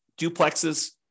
duplexes